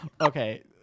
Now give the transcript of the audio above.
okay